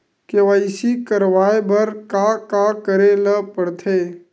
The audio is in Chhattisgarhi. के.वाई.सी करवाय बर का का करे ल पड़थे?